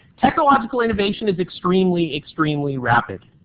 technological innovation is extremely extremely rapid.